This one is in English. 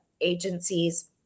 agencies